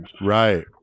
Right